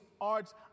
arts